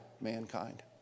mankind